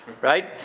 right